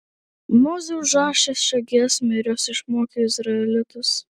mozė užrašė šią giesmę ir jos išmokė izraelitus